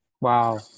Wow